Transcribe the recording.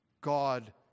God